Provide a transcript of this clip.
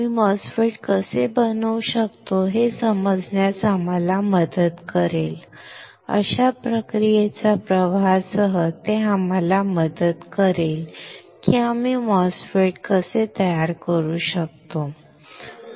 आम्ही MOSFET कसे बनवू शकतो हे समजण्यास आम्हाला मदत करेल अशा प्रक्रियेच्या प्रवाहासह ते आम्हाला मदत करेल की आम्ही MOSFET कसे तयार करू शकतो ठीक आहे